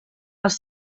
els